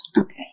Okay